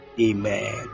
Amen